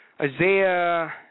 Isaiah